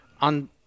on